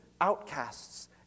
outcasts